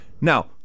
Now